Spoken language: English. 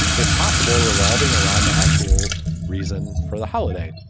if possible, revolving around the actual reason for the holiday.